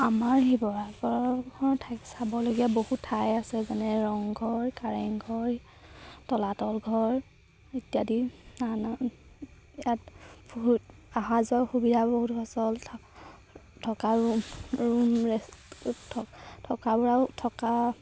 আমাৰ শিৱসাগৰ খন ঠাই চাবলগীয়া বহুত ঠাই আছে যেনে ৰংঘৰ কাৰেংঘৰ তলাতল ঘৰ ইত্যাদি নানা ইয়াত বহুত অহা যোৱাও সুবিধা বহুত আচল থ থকা ৰুম ৰুম ৰেষ্ট থকা বোৰাও থকা